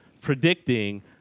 predicting